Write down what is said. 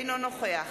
אינו נוכח